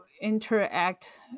interact